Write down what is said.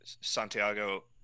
Santiago